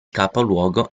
capoluogo